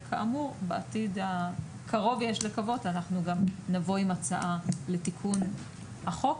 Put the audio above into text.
בעתיד הקרוב נבוא עם הצעה לתיקון החוק,